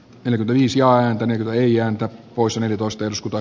televisioantennin voi antaa osan eli kosteus voi